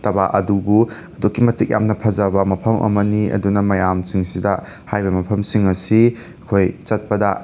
ꯇꯕ ꯑꯗꯨꯕꯨ ꯑꯗꯨꯛꯀꯤ ꯃꯇꯤꯛ ꯌꯥꯝꯅ ꯐꯖꯕ ꯃꯐꯝ ꯑꯃꯅꯤ ꯑꯗꯨꯅ ꯃꯌꯥꯝꯁꯤꯡꯁꯤꯗ ꯍꯥꯏꯔꯤꯕ ꯃꯐꯝꯁꯤꯡ ꯑꯁꯤ ꯑꯩꯈꯣꯏ ꯆꯠꯄꯗ